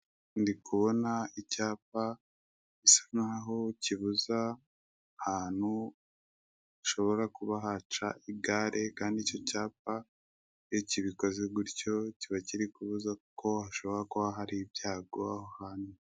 Ndikubona icyapa gisa naho kibuza ahantu hashobora kuba haca igare, kandi icyo cyapa iyo kibikoze gutyo kiba kiri kubuza ko hashobora kuba hari ibyago aho hantu.